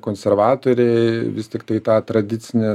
konservatoriai vis tiktai tą tradicinį